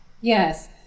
Yes